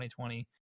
2020